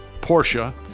Porsche